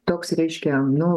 toks reiškia nu